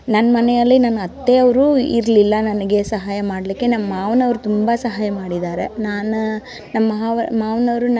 ನನ್ನ ಮನೆಯಲ್ಲಿ ನನ್ನ ಅತ್ತೆ ಅವರು ಇರಲಿಲ್ಲ ನನಗೆ ಸಹಾಯ ಮಾಡಲಿಕ್ಕೆ ನಮ್ಮ ಮಾವನೋರು ತುಂಬಾ ಸಹಾಯ ಮಾಡಿದ್ದಾರೆ ನಾನು ನಮ್ಮ ಮಾವ ಮಾವನೋರು ನನ್ನ